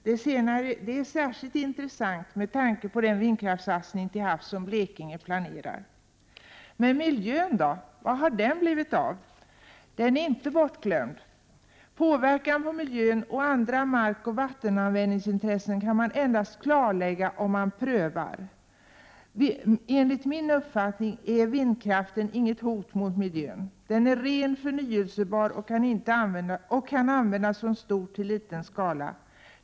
Det är särskilt intressant, med tanke på den vindkraftssatsning till havs som Blekinge planerar. Men miljön då — vad har den blivit av? Den är inte bortglömd. Påverkan på miljön och andra markoch vattenanvändningsintressen kan man endast klarlägga om man prövar. Enligt min uppfattning är vindkraften inte något hot mot miljön. Den är ren, förnyelsebar och kan användas från stor till liten skala.